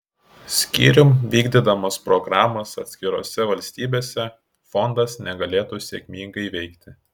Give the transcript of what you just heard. skyrium vykdydamas programas atskirose valstybėse fondas negalėtų sėkmingai veikti